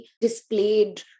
displayed